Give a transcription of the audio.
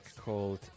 called